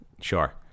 Sure